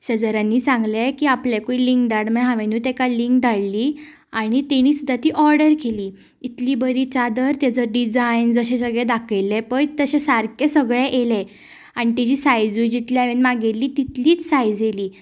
शेजाऱ्यांनी सांगलें की आपल्याकूय लींक धाड मागीर हांवेंनूय तेका लींक धाडली आनी तेणी सुद्दां ती ऑर्डर केली इतली बरी चादर तेचो डिझायन जशें सगळें दाखयल्लें पळय तशें सारकें सगळें येलें आनी तेजी सायजूय जितली हांवें मागिल्ली तितलीच सायझ येली